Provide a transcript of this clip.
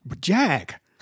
Jack